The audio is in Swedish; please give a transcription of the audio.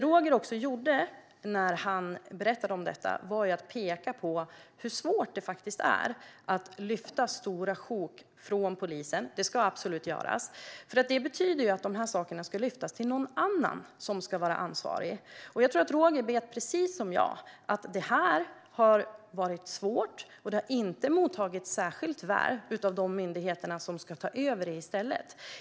Roger Haddad pekade på hur svårt det är att lyfta bort stora sjok från polisen. Det ska absolut göras. Det betyder att de sakerna ska lyftas över till någon annan som ska bli ansvarig. Roger vet, precis som jag, att detta har varit svårt och inte har mottagits särskilt väl av de myndigheter som ska ta över uppgifterna.